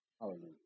Hallelujah